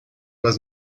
was